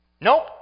nope